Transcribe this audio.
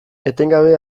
etengabe